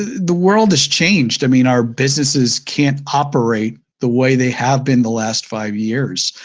the world has changed. i mean our businesses can't operate the way they have been the last five years.